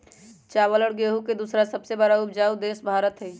चावल और गेहूं के दूसरा सबसे बड़ा उपजाऊ देश भारत हई